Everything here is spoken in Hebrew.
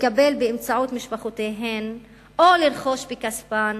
לקבל באמצעות משפחותיהן או לרכוש מכספן